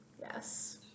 Yes